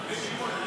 בעד 59,